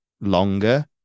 longer